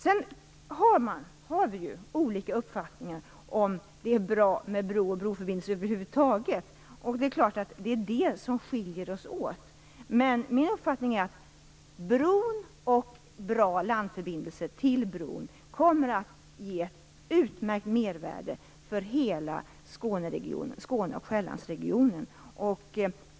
Sedan har vi olika uppfattningar om huruvida det över huvud taget är bra med bro och broförbindelser. Det är det som skiljer oss åt. Min uppfattning är att bron och bra landförbindelser till bron kommer att ge ett utmärkt mervärde för hela Skåne och Sjællandsregionen.